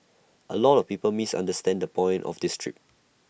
A lot of people misunderstand the point of this trip